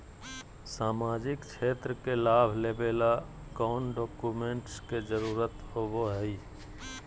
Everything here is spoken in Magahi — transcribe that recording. सामाजिक क्षेत्र के लाभ लेबे ला कौन कौन डाक्यूमेंट्स के जरुरत होबो होई?